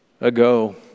ago